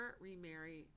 remarry